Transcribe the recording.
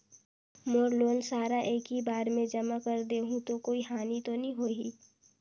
मोर loan सारा एकी बार मे जमा कर देहु तो कोई हानि तो नी होही?